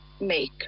make